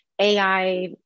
AI